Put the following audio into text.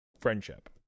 friendship